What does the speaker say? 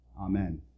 Amen